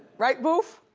right, boof?